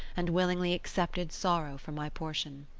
and willingly accepted sorrow for my portion